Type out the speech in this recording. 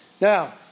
Now